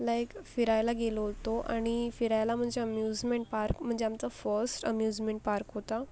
like फिरायला गेलो ओतो अणि फिरायला म्हणजे अम्युजमेंट पार्क म्हणजे आमचं फर्स्ट अम्युजमेंट पार्क होता